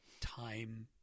time